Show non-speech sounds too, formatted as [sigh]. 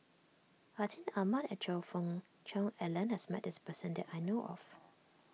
Atin Amat and Choe Fook Cheong Alan has met this person [noise] that I know of